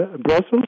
Brussels